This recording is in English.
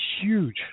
huge